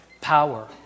power